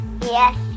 Yes